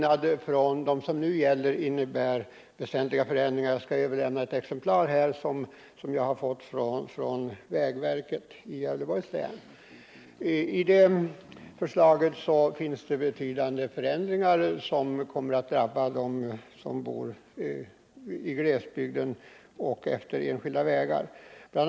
Det är möjligt att det rör sig om tillämpningsbestämmelser till statsbidragskungörelsen — jag skall överlämna ett exemplar av det förslag till bestämmelser jag har fått från vägverket i Gävleborgs län till kommunikationsministern. Det här förslaget innehåller alltså betydande försämringar, som kommer att drabba dem som bor i glesbygd och efter enskilda vägar. Bl.